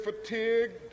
fatigued